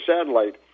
satellite